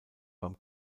beim